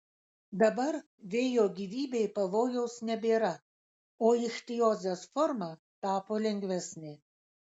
dabar vėjo gyvybei pavojaus nebėra o ichtiozės forma tapo lengvesnė